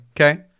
Okay